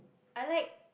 i like